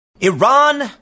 Iran